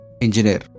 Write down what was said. engineer